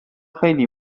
خیلی